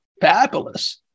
fabulous